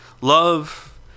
Love